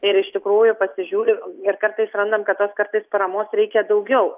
ir iš tikrųjų pasižiūri ir kartais randam kad tos kartais paramos reikia daugiau